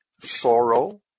sorrow